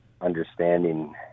understanding